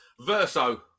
Verso